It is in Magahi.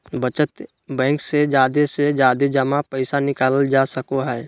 बचत बैंक से जादे से जादे जमा पैसा निकालल जा सको हय